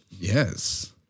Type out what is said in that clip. Yes